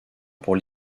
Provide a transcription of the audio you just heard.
pour